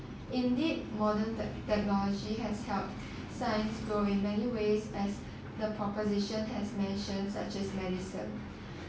indeed modern technology has helped science grow in many ways as the proposition has mentioned such as medicine